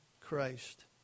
Christ